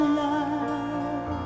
love